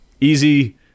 easy